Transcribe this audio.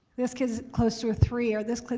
this kid's close to a three or this kid's,